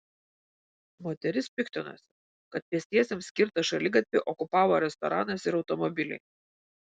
moteris piktinosi kad pėstiesiems skirtą šaligatvį okupavo restoranas ir automobiliai